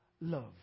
love